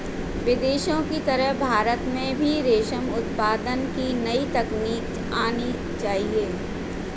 विदेशों की तरह भारत में भी रेशम उत्पादन की नई तकनीक आनी चाहिए